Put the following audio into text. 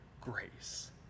grace